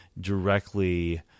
directly